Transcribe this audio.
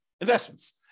investments